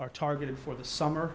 are targeted for the summer